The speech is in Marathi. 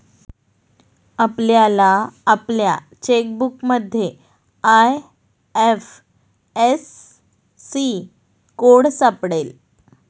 आपल्याला आपल्या चेकबुकमध्ये आय.एफ.एस.सी कोड सापडेल